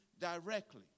directly